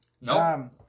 No